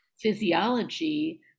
physiology